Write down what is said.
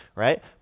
Right